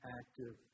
active